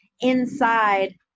inside